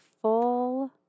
full